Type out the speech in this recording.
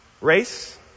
Race